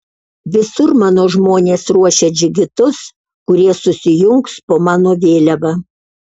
visur mano žmonės ruošia džigitus kurie susijungs po mano vėliava